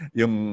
yung